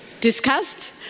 discussed